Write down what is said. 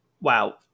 Wow